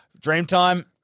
Dreamtime